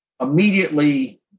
Immediately